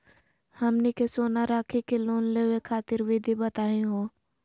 हमनी के सोना रखी के लोन लेवे खातीर विधि बताही हो?